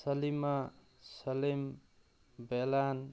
ꯁꯂꯤꯃꯥ ꯁꯂꯤꯝ ꯕꯦꯂꯥꯟ